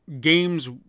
games